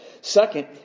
Second